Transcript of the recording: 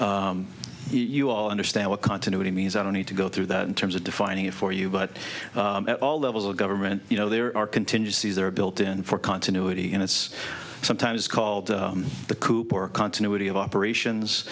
woody you all understand what continuity means i don't need to go through that in terms of defining it for you but at all levels of government you know there are contingencies there are built in for continuity and it's sometimes called the coop or continuity of operations